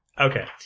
Okay